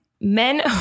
Men